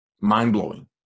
mind-blowing